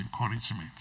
encouragement